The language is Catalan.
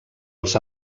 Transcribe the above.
als